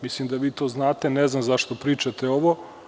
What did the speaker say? Mislim da vi to znate, ne znam zašto pričate ovo.